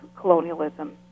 colonialism